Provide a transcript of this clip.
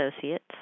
associates